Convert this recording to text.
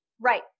Right